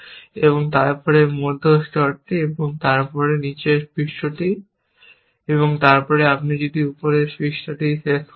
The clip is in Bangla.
এবং তারপরে মধ্য স্তরটি এবং তারপরে নীচের পৃষ্ঠটি এবং তারপরে যখন আপনি উপরের পৃষ্ঠটি শেষ করেছেন